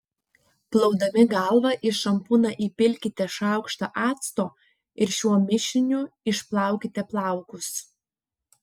plaudami galvą į šampūną įpilkite šaukštą acto ir šiuo mišiniu išplaukite plaukus